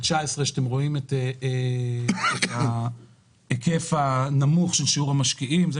אתם רואים את ההיקף הנמוך של המשקיעים בשנים 2019-2018,